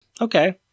Okay